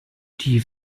die